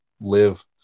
live